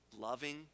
loving